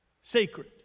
Sacred